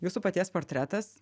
jūsų paties portretas